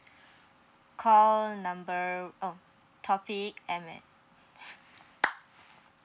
call number oh topic M_S_F